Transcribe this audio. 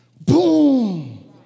boom